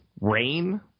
rain